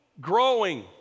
growing